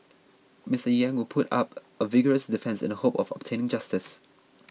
Mr Yang will put up a vigorous defence in the hope of obtaining justice